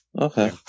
Okay